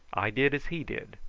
i did as he did,